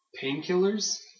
painkillers